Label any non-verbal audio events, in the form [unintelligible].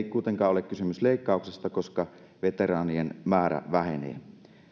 [unintelligible] kuitenkaan kysymys leikkauksesta koska veteraanien määrä vähenee